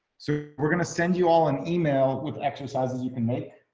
so we're going to send you all an email with exercises you can make.